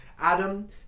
Adam